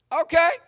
Okay